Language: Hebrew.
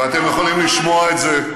ואתם יכולים לשמוע את זה.